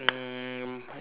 um